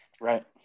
Right